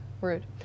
Rude